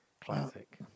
Classic